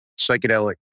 psychedelic